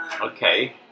Okay